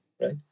right